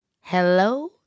Hello